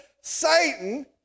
Satan